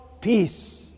peace